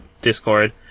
Discord